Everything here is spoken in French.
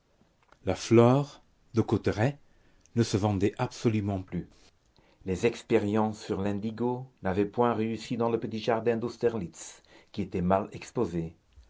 la flore de cauteretz ne se vendait absolument plus les expériences sur l'indigo n'avaient point réussi dans le petit jardin d'austerlitz qui était mal exposé